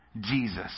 Jesus